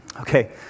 Okay